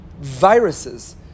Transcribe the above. viruses